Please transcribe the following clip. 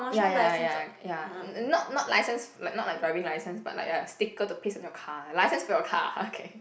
ya ya ya ya n~ not not licence like not like driving license but like a sticker to paste in your car license for your car okay